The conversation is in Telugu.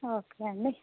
ఓకే అండి